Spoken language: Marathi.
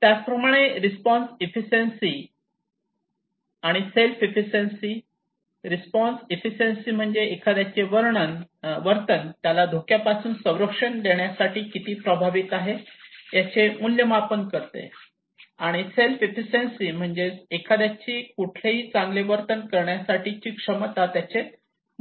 त्याचप्रमाणे रिस्पॉन्स एफिशियन्सी आणि सेल्फ एफिशियन्सी रिस्पॉन्स एफिशियन्सी म्हणजे एखाद्याचे वर्तन त्याला धोक्यापासून संरक्षण देण्यासाठी किती प्रभावी आहे याचे मूल्यमापन करते आणि सेल्फ एफिशियन्सी म्हणजेच एखाद्याची कुठलेही चांगले वर्तन करण्यासाठीची क्षमता याचे